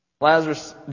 Lazarus